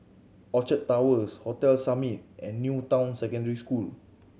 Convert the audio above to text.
Orchard Towers Hotel Summit and New Town Secondary School